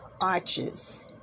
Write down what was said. arches